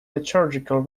liturgical